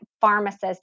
pharmacist